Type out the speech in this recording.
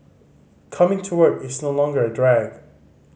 coming to work is no longer a drag